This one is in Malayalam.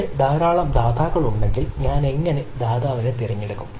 അവിടെ ധാരാളം ദാതാക്കളുണ്ടെങ്കിൽ ഞാൻ എങ്ങനെ ദാതാവിനെ തിരഞ്ഞെടുക്കും